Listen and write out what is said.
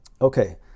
Okay